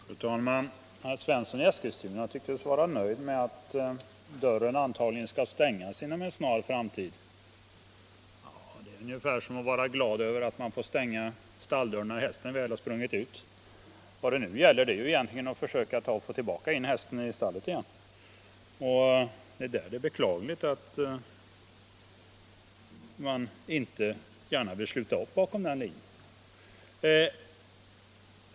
Fru talman! Herr Svensson i Eskilstuna tycktes vara nöjd med att dörren antagligen skall stängas inom en snar framtid, men det är ungefär som att vara glad över att få stänga stalldörren när hästen väl har sprungit ut. Vad det nu gäller är att försöka få hästen tillbaka in i stallet igen. Det är därför beklagligt att man inte gärna vill sluta upp bakom den linjen.